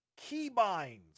keybinds